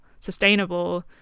sustainable